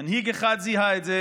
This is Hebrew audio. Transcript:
מנהיג אחד זיהה את זה